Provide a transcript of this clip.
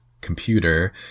computer